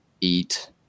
eat